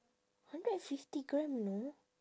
hundred and fifty gram you know